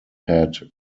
had